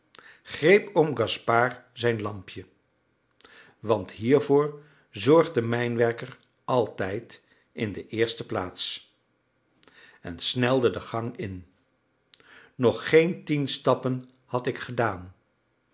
greep oom gaspard zijn lampje want hiervoor zorgt de mijnwerker altijd in de eerste plaats en snelde de gang in nog geen tien stappen had ik gedaan